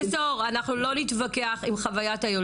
--- לא נתווכח עם חוויית הלידה.